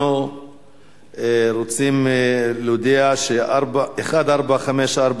אנחנו רוצים להודיע ששאילתא מס' 1454,